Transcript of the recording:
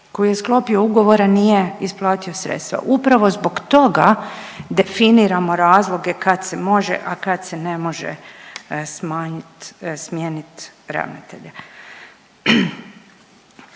koji je sklopio ugovor, a nije isplati sredstva. Upravo zbog toga definiramo razloge kad se može, a kad se ne može smanjit, smijenit ravnatelja.